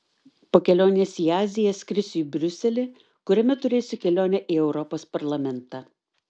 po kelionės į aziją skrisiu į briuselį kuriame turėsiu kelionę į europos parlamentą